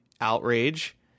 outrage